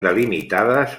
delimitades